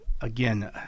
again –